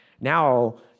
Now